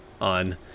on